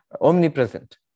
omnipresent